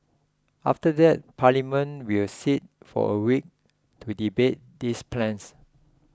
after that Parliament will sit for a week to debate these plans